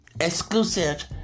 exclusive